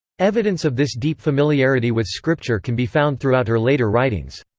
evidence of this deep familiarity with scripture can be found throughout her later writings.